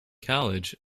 college